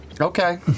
Okay